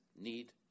need